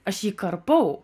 aš jį karpau